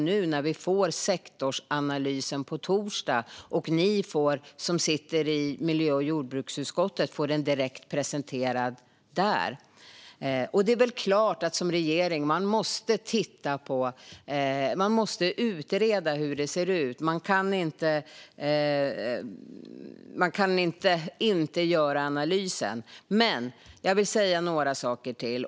Nu får vi sektorsanalysen på torsdag, och ni som sitter i miljö och jordbruksutskottet får den direkt presenterad där. Då vill jag ändå be er att förstå att det inte går att komma med löften här och nu. Man måste utreda hur det ser ut. Man kan inte strunta i att göra analysen. Jag vill säga några saker till.